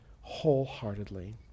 wholeheartedly